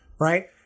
right